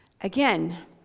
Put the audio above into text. Again